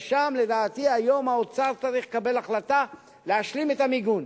ששם לדעתי היום האוצר צריך לקבל החלטה להשלים את המיגון,